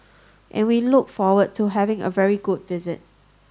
and we look forward to having a very good visit